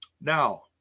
Now